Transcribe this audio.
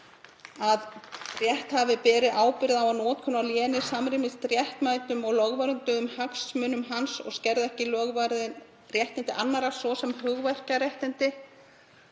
að rétthafi beri ábyrgð á að notkun á léni samrýmist réttmætum og lögvernduðum hagsmunum hans og skerði ekki lögvarin réttindi annarra, svo sem hugverkaréttindi.